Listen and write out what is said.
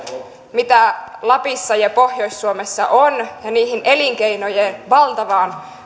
mitä lapissa ja pohjois suomessa on ja siihen elinkeinojen valtavaan